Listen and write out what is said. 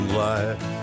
life